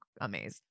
amazing